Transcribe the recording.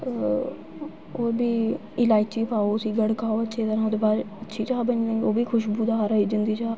भी ओह् बी इलाची पाओ उसी गड़काओ अच्छी तरह् ओह्दे बाद जीरा बनी गेई ओह् बी खुशबूदार होई जंदी चाह्